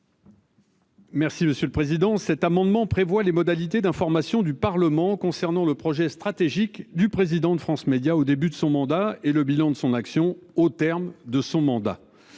Merci monsieur le président. Cet amendement prévoit les modalités d'information du Parlement concernant le projet stratégique du président de France Médias au début de son mandat et le bilan de son action au terme de son mandat.